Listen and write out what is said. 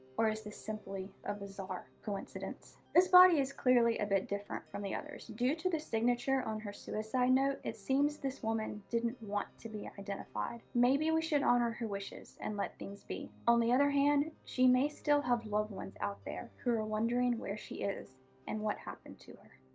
or is this simply a bizarre coincidence? this body is clearly a bit different from the others. due to the signature on her suicide note, it seems this woman didn't want to be identified. maybe we should honor her wishes and let things be. on the other hand, she still may have loved ones out there who are wondering where she is and what happened to her.